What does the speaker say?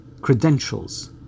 credentials